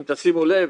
אם תשימו לב,